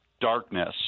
darkness